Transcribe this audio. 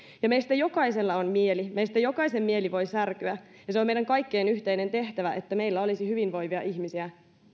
meistä jokaisella on mieli meistä jokaisen mieli voi särkyä ja on meidän kaikkien yhteinen tehtävä että meillä olisi hyvinvoivia ihmisiä